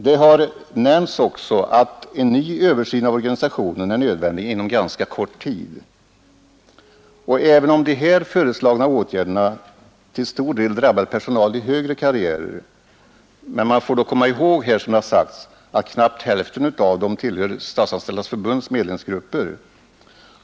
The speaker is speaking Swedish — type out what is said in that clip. Det har också nämnts att en ny översyn av organisationen är nödvändig inom ganska kort tid. Även om de här föreslagna åtgärderna till stor del drabbar personal i högre karriär, får man dock komma ihåg att knappt hälften tillhör Statsanställdas förbunds medlemsgrupper.